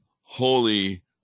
Holy